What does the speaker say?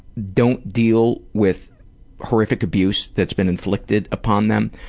don't deal with horrific abuse that's been inflicted upon them,